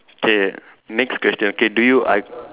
okay next question okay do you I